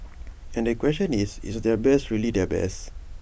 and the question is is their best really their best